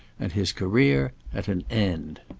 and his career at an end.